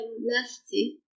Nasty